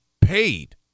paid